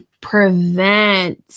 prevent